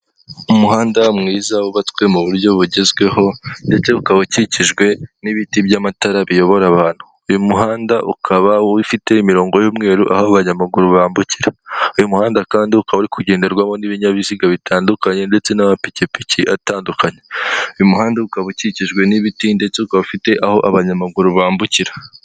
Urujya ni uruza rw'abantu bari kwamamaza umukandida mu matora y'umukuru w'igihugu bakaba barimo abagabo ndetse n'abagore, bakaba biganjemo abantu bambaye imyenda y'ibara ry'icyatsi, bari mu ma tente arimo amabara y'umweru, icyatsi n'umuhondo, bamwe bakaba bafite ibyapa biriho ifoto y'umugabo wambaye kositime byanditseho ngo tora, bakaba bacyikijwe n'ibiti byinshi ku musozi.